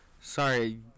Sorry